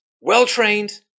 Well-trained